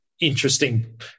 interesting